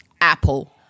apple